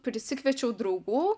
prisikviečiau draugų